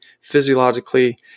physiologically